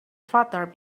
fluttered